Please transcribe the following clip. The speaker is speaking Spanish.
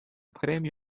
premio